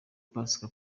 pasika